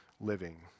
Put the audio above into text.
living